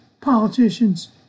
politicians